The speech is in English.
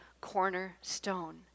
cornerstone